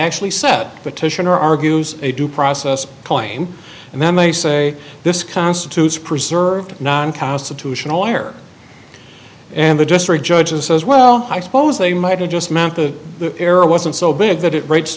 actually said petitioner argues a due process claim and then they say this constitutes preserved non constitutional wire and the district judges says well i suppose they might have just meant that the error wasn't so big that it rates